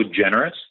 generous